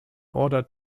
order